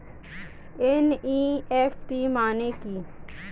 NEFT মানে কি?